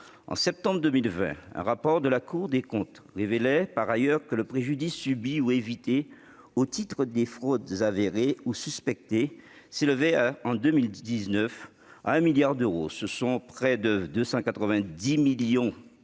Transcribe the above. de septembre 2020, une communication de la Cour des comptes révélait par ailleurs que le préjudice subi ou évité, au titre des fraudes avérées ou suspectées, s'élevait à 1 milliard d'euros en 2019. Ce sont près de 290 millions d'euros